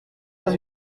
pas